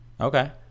Okay